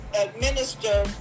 administer